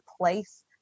place